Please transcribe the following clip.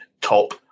top